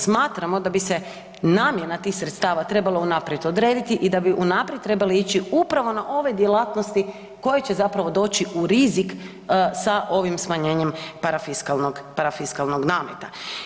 Smatramo da bi se namjena tih sredstava trebala unaprijed odrediti i da bi unaprijed trebali ići upravo na ove djelatnosti koje će zapravo doć u rizik sa ovim smanjenjem parafiskalnog nameta.